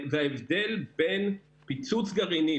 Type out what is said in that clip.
ההבדל בין פיצוץ גרעיני,